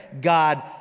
God